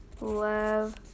Love